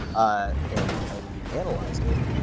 ah and ah and we analyzed it,